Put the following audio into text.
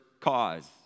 cause